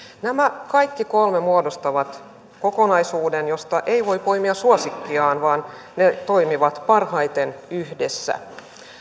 nämä kaikki kolme muodostavat kokonaisuuden josta ei voi poimia suosikkiaan vaan ne toimivat parhaiten yhdessä